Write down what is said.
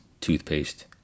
toothpaste